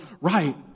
right